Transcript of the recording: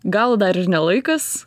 gal dar ir ne laikas